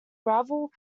gravel